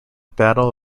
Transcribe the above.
battle